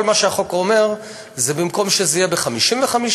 כל מה שהחוק אומר זה שבמקום שזה יהיה ב-55%,